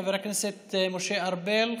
חבר הכנסת משה ארבל,